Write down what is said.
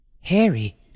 Harry